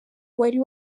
wari